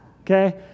okay